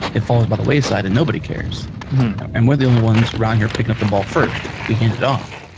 if falls by the wayside and nobody cares and we're the only ones around here picking up the ball first. we hand it off.